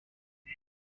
him